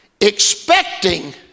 expecting